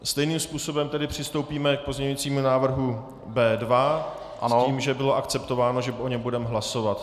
Stejným způsobem tedy přistoupíme k pozměňovacímu návrhu B2 s tím, že bylo akceptováno, že o něm budeme hlasovat.